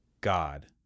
God